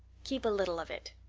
keep a little of it.